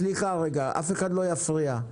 סליחה, אף אחד לא יפריע.